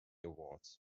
awards